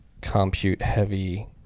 compute-heavy